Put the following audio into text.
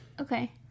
Okay